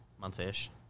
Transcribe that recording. month-ish